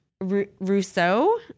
Rousseau